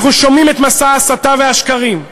אנחנו שומעים את מסע ההסתה והשקרים,